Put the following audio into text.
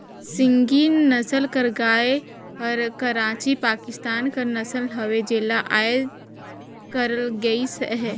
सिंघी नसल कर गाय हर कराची, पाकिस्तान कर नसल हवे जेला अयात करल गइस अहे